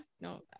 no